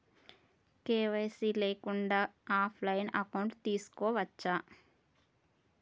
KYC లేకుండా కూడా offline account తీసుకోవచ్చా?